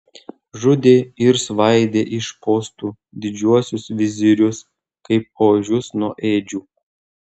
žudė ir svaidė iš postų didžiuosius vizirius kaip ožius nuo ėdžių